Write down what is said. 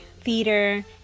theater